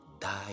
Die